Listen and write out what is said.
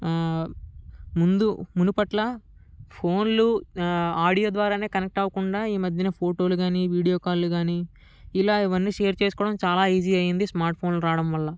ముందు మునుపటిలా ఫోన్లు ఆడియో ద్వారానే కనెక్ట్ అవ్వకుండా ఈమధ్యన ఫోటోలు కానీ వీడియో కాళ్ళు కానీ ఇలా ఇవన్నీ షేర్ చేసుకోవడం చాలా ఈజీ అయ్యింది స్మార్ట్ఫోన్లు రావడం వల్ల